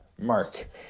mark